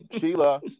Sheila